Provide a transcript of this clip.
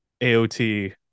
AOT